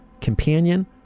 companion